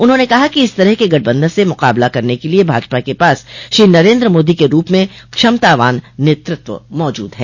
उन्होंने कहा कि इस तरह के गठबंधन से मुकाबला करने के लिये भाजपा के पास श्री नरेन्द्र मोदी के रूप में क्षमतावान नेतृत्व मौजूद है